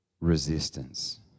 resistance